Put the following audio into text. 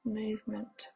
movement